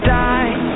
die